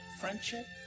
friendship